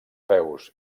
peus